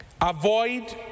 avoid